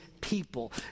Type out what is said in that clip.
people